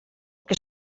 que